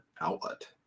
outlet